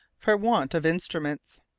for want of instruments.